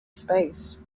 space